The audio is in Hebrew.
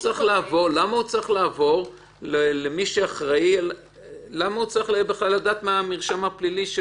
למה האחראי צריך לדעת מה המרשם הפלילי של